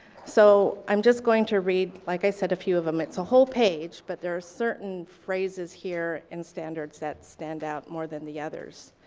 so i'm just going to read, like i said, a few of them. it's a whole page, but there are certain phrases here and standards that stand out more than the others.